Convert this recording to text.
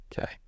Okay